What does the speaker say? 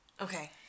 Okay